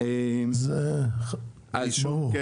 זה ברור.